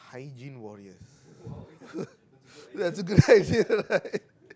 hygiene warriors that's a good idea right